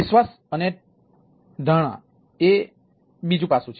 વિશ્વાસઓ જે બીજું પાસું છે